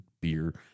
beer